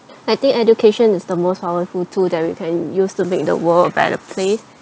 I think education is the most powerful tool that we can use to make the world a better place